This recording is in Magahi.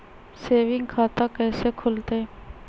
सेविंग खाता कैसे खुलतई?